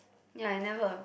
ya I never